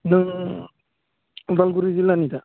नों अदालगुरि जिल्लानि दा